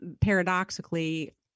paradoxically